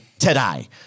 today